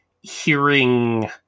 hearing